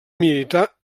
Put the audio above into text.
militar